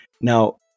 Now